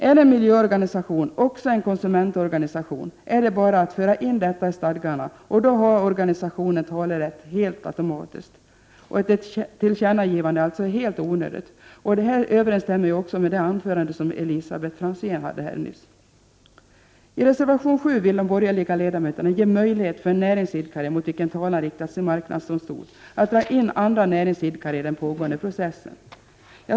Är en miljöorganisation också en konsumentorganisation är det bara att föra in detta i stadgarna, och då har organisationen helt automatiskt talerätt. Ett tillkännagivande är alltså helt onödigt. Detta överensstämmer också med vad Elisabet Franzén framhöll i sitt anförande. I reservation 7 vill de borgerliga ledamöterna ge möjlighet för en näringsidkare, mot vilken talan riktas i marknadsdomstol, att dra in andra näringsidkare i den pågående processen.